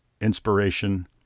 inspiration